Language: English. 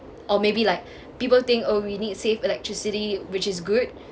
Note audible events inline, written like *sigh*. or maybe like *breath* people think oh we need save electricity which is good